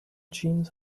jeans